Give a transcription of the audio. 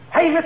Hey